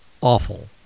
awful